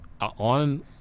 On